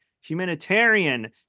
humanitarian